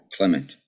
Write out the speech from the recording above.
Clement